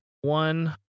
one